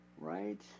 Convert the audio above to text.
right